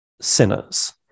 sinners